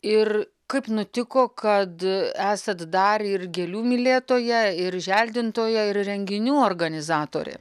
ir kaip nutiko kad esat dar ir gėlių mylėtoja ir želdintoja ir renginių organizatorė